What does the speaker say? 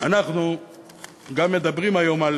אנחנו גם מדברים היום על